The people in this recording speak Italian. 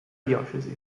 diocesi